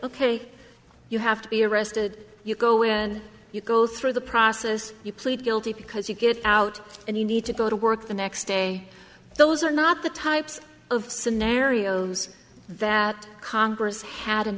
ok you have to be arrested you go away and you go through the process you plead guilty because you get out and you need to go to work the next day those are not the types of scenarios that congress had in